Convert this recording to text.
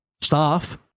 staff